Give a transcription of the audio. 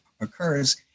occurs